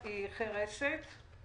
שלי חירשת.